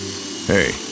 Hey